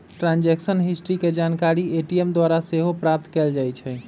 transaction history के जानकारी ATM द्वारा सेहो प्राप्त कएल जाइ छइ